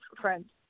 friends